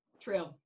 True